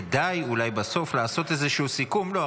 כדאי אולי בסוף לעשות איזשהו סיכום --- אני יכול --- לא,